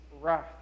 wrath